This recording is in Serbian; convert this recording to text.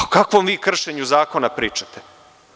O kakvom vi kršenju zakona pričate?